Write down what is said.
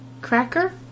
Cracker